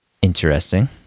Interesting